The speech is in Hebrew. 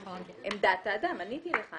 עמדת האדם, עניתי לך.